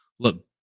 look